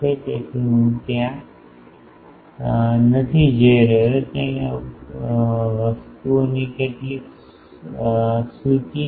તેથી હું ત્યાં નથી જઈ રહ્યો ત્યાં વસ્તુઓની કેટલીક લાંબી સૂચિ છે